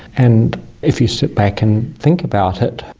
and if you sit back and think about it,